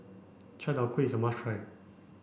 Chai Tow Kway is a must try